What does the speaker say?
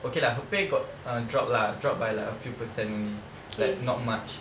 okay lah her pay got uh drop lah dropped by a few percent only like not much